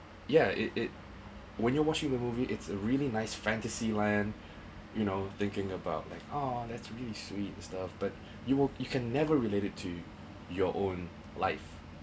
yeah it it when you're watching the movie it's a really nice fantasy land you know thinking about like oh that's really sweet stuff but you work you can never related to your own life